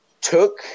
took